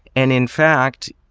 and in fact,